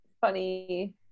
Funny